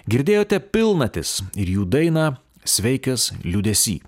girdėjote pilnatis ir jų dainą sveikas liūdesy